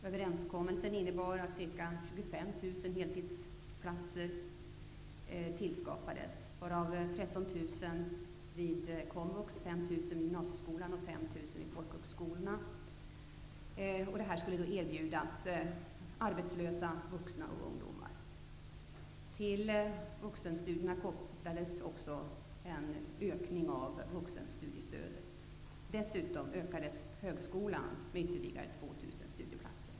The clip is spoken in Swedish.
Överenskommelsen innebar att ca 25 000 heltidsplatser, varav 13 000 vid Till vuxenstudierna kopplades också en ökning av vuxenstudiestödet. Dessutom utökades högskolan med ytterligare 2 000 studieplatser.